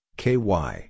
ky